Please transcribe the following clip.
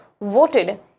voted